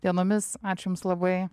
dienomis ačiū jums labai